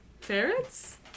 ferrets